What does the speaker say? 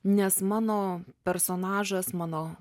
nes mano personažas mano